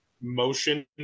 motion